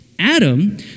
Adam